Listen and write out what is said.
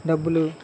డబ్బులు